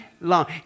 long